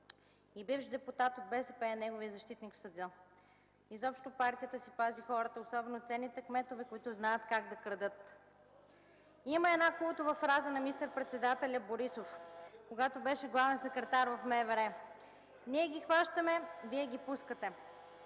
и бивш депутат от БСП е неговият защитник в съда. Изобщо партията си пази хората, особено ценните кметове, които знаят как да крадат. Има една култова фраза на министър-председателя Борисов, когато беше главен секретар на МВР: „Ние ги хващаме, Вие ги пускате”.